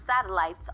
satellites